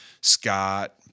Scott